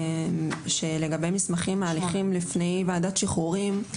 לגבי מסמכים מהליכים לפני ועדת שחרורים,